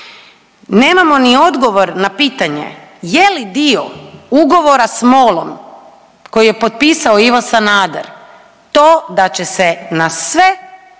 Nemamo ni odgovor na pitanje je li dio ugovora s MOL-om koji je potpisao Ivo Sanader to da će se na sve